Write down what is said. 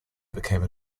became